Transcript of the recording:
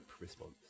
response